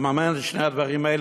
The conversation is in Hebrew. לממן את שני הדברים האלה,